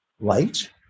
light